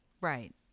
Right